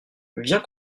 viens